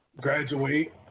graduate